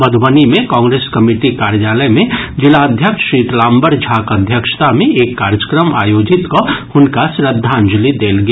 मधुबनी मे कांग्रेस कमिटी कार्यालय मे जिलाध्यक्ष शीतलाम्बर झाक अध्यक्षता मे एक कार्यक्रम आयोजित कऽ हुनका श्रद्धांजलि देल गेल